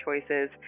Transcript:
choices